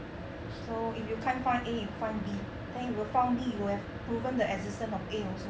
so if you can't find a you find B then if you found B you would have proven the existence of a also